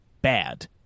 bad